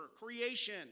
creation